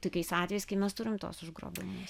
tokiais atvejais kai mes turim tuos užgrobimus